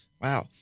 wow